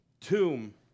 Tomb